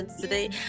Today